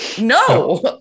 no